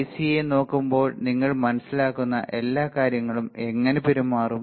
ഐസിയെ നോക്കുമ്പോൾ നിങ്ങൾ മനസ്സിലാക്കുന്ന എല്ലാ കാര്യങ്ങളും എങ്ങനെ പെരുമാറും